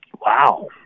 Wow